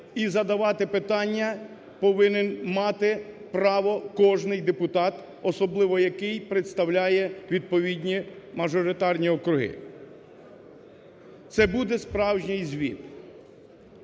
і задавати питання повинен мати право кожен депутат, особливо який представляє відповідні мажоритарні округи. Це буде справжній звіт.